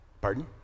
Pardon